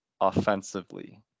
offensively